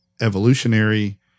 evolutionary